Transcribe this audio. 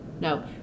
No